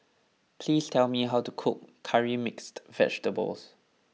please tell me how to cook Curry Mixed Vegetable